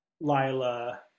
Lila